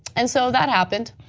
and so that happened.